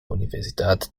universidad